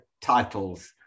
titles